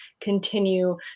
continue